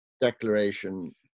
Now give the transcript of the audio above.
declaration